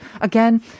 again